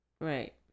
Right